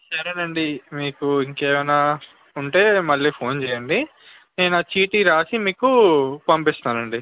సరేనండి మీకు ఇంకేమైనా ఉంటే మళ్ళీ ఫోన్ చేయండి నేను ఆ చీటీ వ్రాసి మీకు పంపిస్తాను అండి